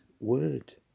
word